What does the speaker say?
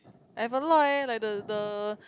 I have a lot leh like the the